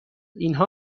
اینها